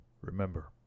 remember